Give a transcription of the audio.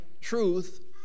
truth